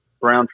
brown